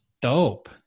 dope